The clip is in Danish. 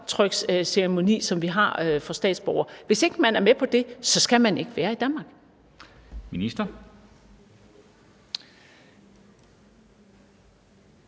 håndtryksceremoni, som vi har for statsborgere. Hvis ikke man er med på det, skal man ikke være i Danmark. Kl.